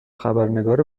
خبرنگار